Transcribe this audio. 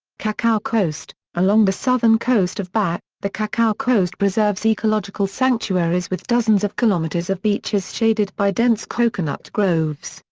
cacao coast along the southern coast of bahia, the cacao coast preserves ecological sanctuaries with dozens of kilometers of beaches shaded by dense coconut groves,